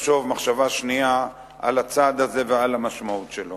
תחשוב מחשבה שנייה על הצעד הזה ועל המשמעות שלו.